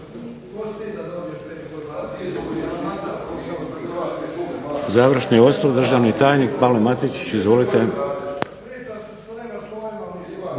Završni osvrt, državni tajnik Pavao Matičić. Izvolite.